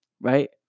right